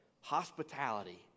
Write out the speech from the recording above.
hospitality